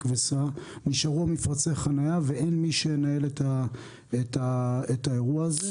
וסע' נשארו מפרצי החניה ואין מי שינהל את האירוע הזה.